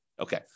okay